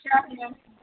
sure ma'am